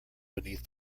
beneath